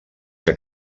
que